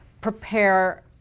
prepare